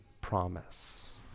promise